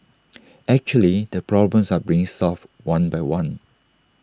actually the problems are being resolved one by one